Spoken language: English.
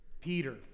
Peter